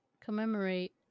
commemorate